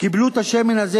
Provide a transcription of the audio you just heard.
קיבלו את השמן הזה,